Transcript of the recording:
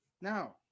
Now